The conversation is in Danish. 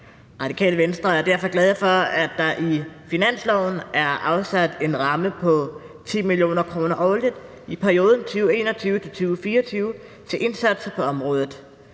Radikale Venstre er derfor glade for, at der i finansloven er afsat en ramme på 10 mio. kr. årligt i perioden 2021-2024 til indsatser på området.